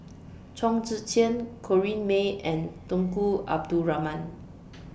Chong Tze Chien Corrinne May and Tunku Abdul Rahman